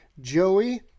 Joey